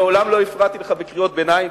מעולם לא הפרעתי לך בקריאות ביניים,